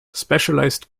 specialized